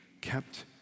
kept